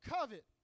covet